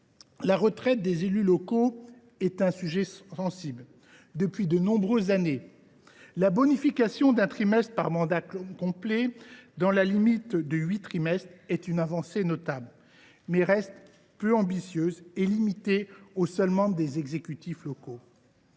La retraite des élus locaux est un sujet sensible, depuis de nombreuses années. La bonification d’un trimestre par mandat complet, dans la limite de huit trimestres, est une avancée notable, mais reste peu ambitieuse et se limite aux seuls membres des exécutifs locaux.